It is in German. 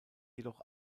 jedoch